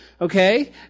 Okay